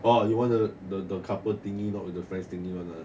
orh you want a couple thingy not with your friends thingy [one] ah